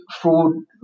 food